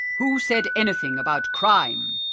who said anything about crime?